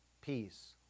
peace